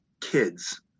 kids